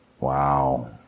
Wow